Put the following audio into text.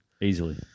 Easily